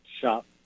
shop